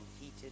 heated